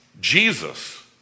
Jesus